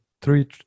three